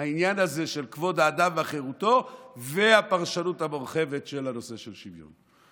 העניין הזה של כבוד האדם וחירותו והפרשנות המורחבת של נושא השוויון,